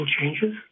changes